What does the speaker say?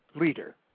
leader